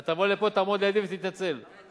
אתה תבוא לפה, תעמוד לידי ותתנצל, זה